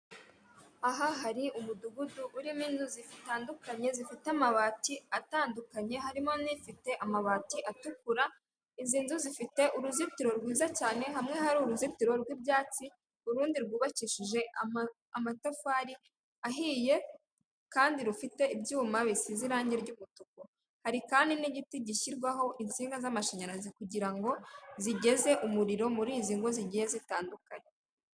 Aha hari umudugudu urimo inzu zitandukanye zifite amabati atandukanye harimo n'ifite amabati atukura, izi nzu zifite uruzitiro rwiza cyane hamwe hari uruzitiro rw'ibyatsi urundi rwubakishije amatafari ahiye kandi rufite ibyuma bisize irangi ry'umutuku hari kandi n'igiti gishyirwaho insinga z'amashanyarazi kugira ngo zigeze umuriro muri izi ngo zigiye zitandukanye.